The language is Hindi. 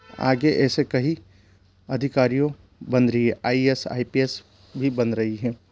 आगे ऐसे कई अधिकारीयों बन रही है I A S I P S भी बन रही हैं